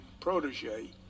protege